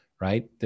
right